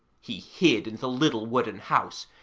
he hid in the little wooden house,